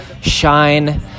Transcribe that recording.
shine